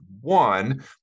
One